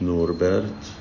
Norbert